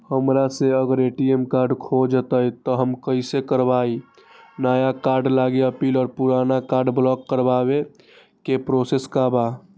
हमरा से अगर ए.टी.एम कार्ड खो जतई तब हम कईसे करवाई नया कार्ड लागी अपील और पुराना कार्ड ब्लॉक करावे के प्रोसेस का बा?